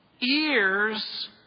ears